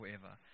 forever